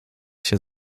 się